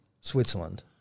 Switzerland